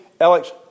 Alex